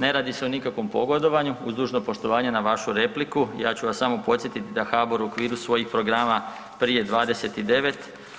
Ne radi se o nikakvom pogodovanju, uz dužno poštovanje na vašu repliku, ja ću vas samo podsjetiti da HBOR u okviru svojih programa prije 29